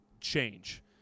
change